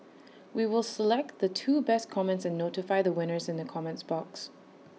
we will select the two best comments and notify the winners in the comments box